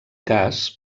cas